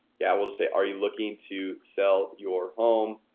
yeah, we'll just say are you looking to sell your home?